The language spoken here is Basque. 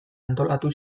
antolatu